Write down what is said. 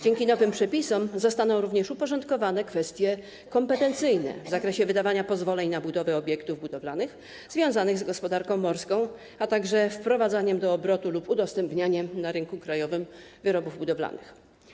Dzięki nowym przepisom zostaną również uporządkowane kwestie kompetencyjne w zakresie wydawania pozwoleń na budowę obiektów budowlanych związanych z gospodarką morską, a także wprowadzania do obrotu lub udostępniania na rynku krajowym wyrobów budowlanych.